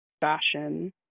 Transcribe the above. fashion